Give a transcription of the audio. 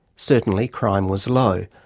certainly crime was low.